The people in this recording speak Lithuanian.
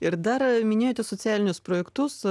ir dar minėjote socialinius projektus